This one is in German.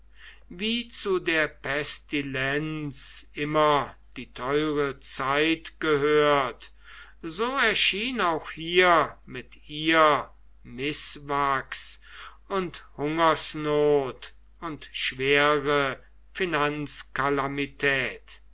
wie zu der pestilenz immer die teure zeit gehört so erschien auch hier mit ihr mißwachs und hungersnot und schwere